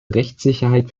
rechtssicherheit